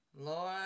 Lord